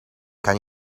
kan